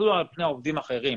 אפילו על פני העובדים האחרים.